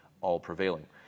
all-prevailing